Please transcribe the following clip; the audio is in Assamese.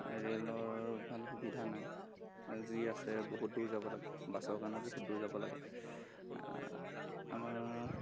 ৰে'লৰ ভাল সুবিধা নাই যি আছে বহুত দূৰ যাব লাগে বাছৰ কাৰণেও বহুত দূৰ যাব লাগে আমাৰ